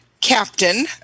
captain